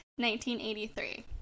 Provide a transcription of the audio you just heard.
1983